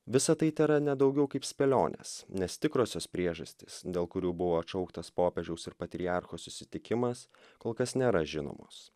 visa tai tėra ne daugiau kaip spėlionės nes tikrosios priežastys dėl kurių buvo atšauktas popiežiaus ir patriarcho susitikimas kol kas nėra žinomos